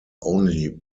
only